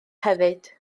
hefyd